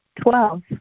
Twelve